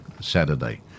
Saturday